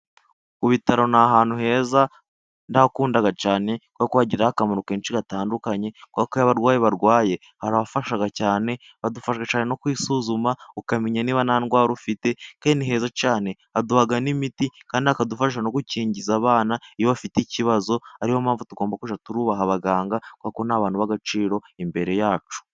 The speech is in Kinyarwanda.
Ku bitaro ni ahantu heza ndahakunda cyane, kuko hagira akamaro kenshi gatandukanye, kubera ko iyo abarwayi barwaye haradufasha cyane, badufasha cyane no kwisuzuma ukamenya niba nta ndwara ufite. Kandi ni heza cyane, baduha n'imiti, kandi bakadufasha no gukingiza abana iyo bafite ikibazo. Niyo mpamvu tugomba kujya twubaha abaganga, kuko ni abantu b'agaciro imbere yacu.